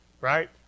right